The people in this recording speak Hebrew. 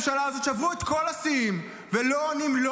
להגנת הסביבה, הם לא עונים על